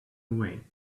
away